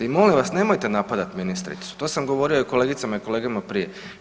I molim vas nemojte napadati ministricu, to sam govorio i kolegicama i kolegama prije.